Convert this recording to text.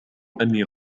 أني